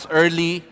early